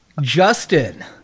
Justin